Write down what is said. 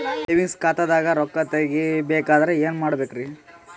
Savings ಖಾತಾದಾಗ ರೊಕ್ಕ ತೇಗಿ ಬೇಕಾದರ ಏನ ಮಾಡಬೇಕರಿ?